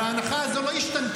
אבל ההנחה הזאת לא השתנתה,